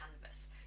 canvas